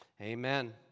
Amen